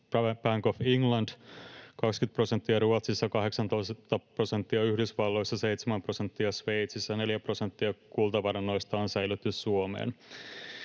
Bank of Englandissa, 20 prosenttia Ruotsissa, 18 prosenttia Yhdysvalloissa, 7 prosenttia Sveitsissä, ja 4 prosenttia kultavarannoista on säilötty Suomeen.